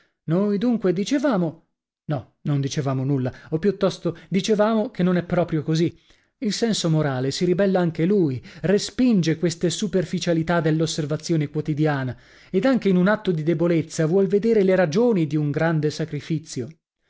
noi dunque dicevamo no non dicevamo nulla o piuttosto dicevamo che non è proprio così il senso morale si ribella anche lui respinge queste superficialità dell'osservazione quotidiana ed anche in un atto di debolezza vuol vedere le ragioni di un grande sacrifizio